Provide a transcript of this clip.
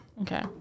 Okay